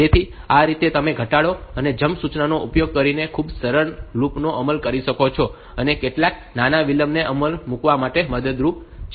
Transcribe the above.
તેથી આ રીતે તમે ઘટાડો અને જમ્પ સૂચનાઓનો ઉપયોગ કરીને ખૂબ જ સરળ લૂપનો અમલ કરી શકો છો અને કેટલાક નાના વિલંબને અમલમાં મૂકવા માટે આ મદદરૂપ છે